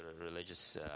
religious